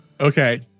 okay